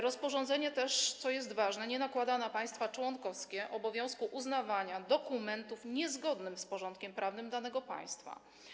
Rozporządzenie też, co jest ważne, nie nakłada na państwa członkowskie obowiązku uznawania dokumentów niezgodnych z porządkiem prawnym danego państwa.